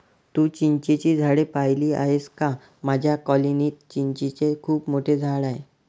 तू चिंचेची झाडे पाहिली आहेस का माझ्या कॉलनीत चिंचेचे खूप मोठे झाड आहे